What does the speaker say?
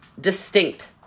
distinct